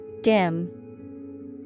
dim